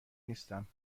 نیستم